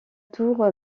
tour